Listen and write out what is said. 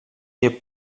nie